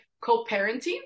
co-parenting